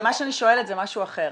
מה שאני שואלת זה משהו אחר.